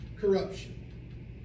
corruption